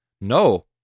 no